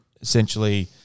essentially